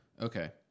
Okay